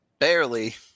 Barely